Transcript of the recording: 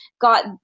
got